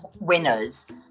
winners